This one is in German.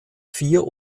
vier